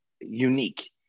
unique